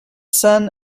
son